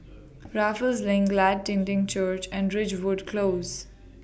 Raffles LINK Glad Tidings Church and Ridgewood Close